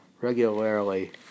regularly